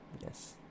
Yes